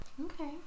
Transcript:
Okay